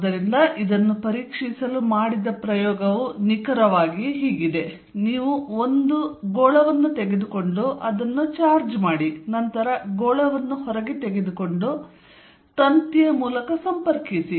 ಆದ್ದರಿಂದ ಇದನ್ನು ಪರೀಕ್ಷಿಸಲು ಮಾಡಿದ ಪ್ರಯೋಗವು ನಿಖರವಾಗಿ "ನೀವು ಒಂದು ಗೋಳವನ್ನು ತೆಗೆದುಕೊಂಡು ಅದನ್ನು ಚಾರ್ಜ್ ಮಾಡಿ ನಂತರ ಗೋಳವನ್ನು ಹೊರಗೆ ತೆಗೆದುಕೊಂಡು ತಂತಿಯ ಮೂಲಕ ಸಂಪರ್ಕಿಸಿ